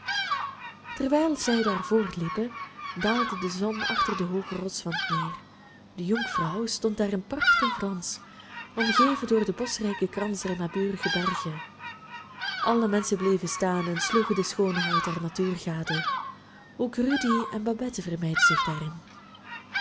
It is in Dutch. terwijl zij daar voortliepen daalde de zon achter den hoogen rotswand neer de jungfrau stond daar in pracht en glans omgeven door den boschrijken krans der naburige bergen alle menschen bleven staan en sloegen de schoonheid der natuur gade ook rudy en babette vermeiden zich daarin